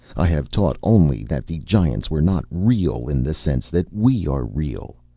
i have taught only that the giants were not real in the sense that we are real.